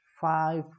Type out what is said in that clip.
five